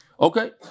Okay